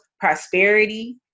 prosperity